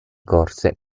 corse